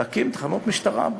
להקים תחנות משטרה,